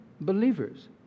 believers